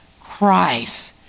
Christ